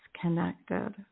connected